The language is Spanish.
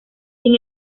sin